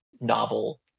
novel